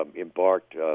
embarked